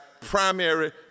primary